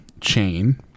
chain